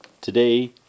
Today